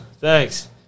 Thanks